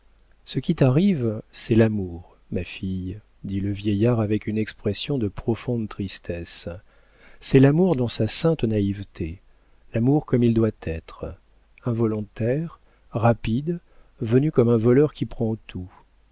ce qui t'arrive c'est l'amour ma fille dit le vieillard avec une expression de profonde tristesse c'est l'amour dans sa sainte naïveté l'amour comme il doit être involontaire rapide venu comme un voleur qui prend tout